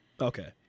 Okay